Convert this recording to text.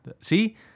see